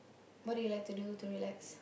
what do you like to do to relax